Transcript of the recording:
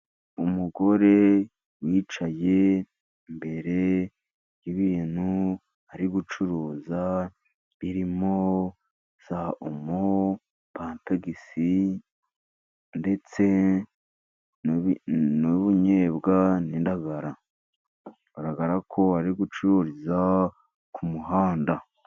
Umugore wicaye imbere y'ibintu ari gucuruza birimo za omo, pampegisi ndetse n'ubuyebwa n'indagara. Bigaragara ko ari gucururiza ku muhanda.